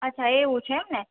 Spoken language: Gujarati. અચ્છા એવું છે એમ ને